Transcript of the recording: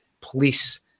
Police